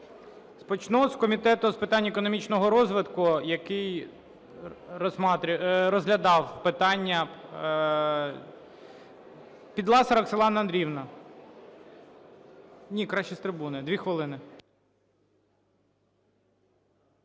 Почну з Комітету з питань економічного розвитку, який розглядав питання. Підласа Роксолана Андріївна. Краще з трибуни. 2 хвилини.